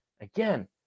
again